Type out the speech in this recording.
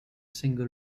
single